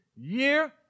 year